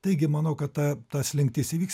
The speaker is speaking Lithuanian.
taigi manau kad ta ta slinktis įvyks